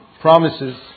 promises